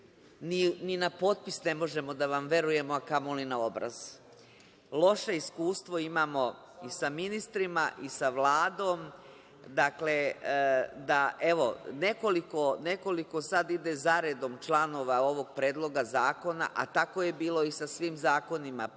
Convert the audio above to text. Ni na potpis ne možemo da vam verujemo, a kamoli na obraz. Loše iskustvo imamo i sa ministrima i sa Vladom. Dakle, nekoliko sad ide zaredom članova ovog Predloga zakona, a tako je bilo i sa svim zakonima pre ovog i